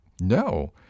No